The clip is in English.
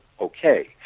okay